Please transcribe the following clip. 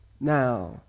now